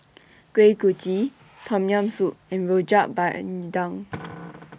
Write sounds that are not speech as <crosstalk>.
Kuih Kochi Tom Yam Soup and Rojak Bandung <noise>